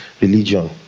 religion